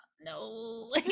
no